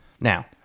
Now